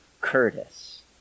Curtis